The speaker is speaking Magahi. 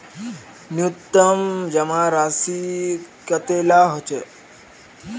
न्यूनतम जमा राशि कतेला होचे?